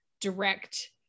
direct